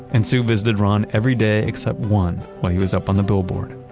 and sue visited ron every day except one while he was up on the billboard.